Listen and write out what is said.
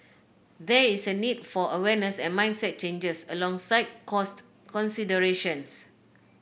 there is a need for awareness and mindset changes alongside cost considerations